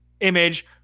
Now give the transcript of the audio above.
image